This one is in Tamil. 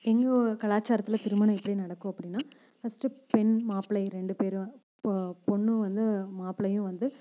எங்கள் கலாச்சாரத்தில் திருமணம் எப்படி நடக்கும் அப்படின்னா ஃபஸ்ட்டு பெண் மாப்பிள்ளை ரெண்டு பேரும் பொ பொண்ணும் வந்து மாப்பிள்ளையும் வந்து